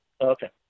Okay